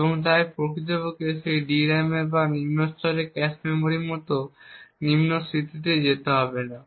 এবং তাই প্রকৃতপক্ষে সেই DRAM বা নিম্ন স্তরের ক্যাশে মেমরির মতো নিম্ন স্মৃতিতে যেতে হবে না